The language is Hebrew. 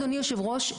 אדוני יושב הראש,